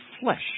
flesh